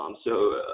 um so,